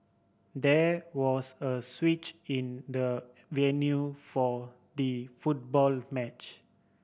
there was a switch in the venue for the football match